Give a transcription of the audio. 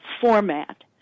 format